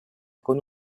con